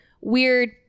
weird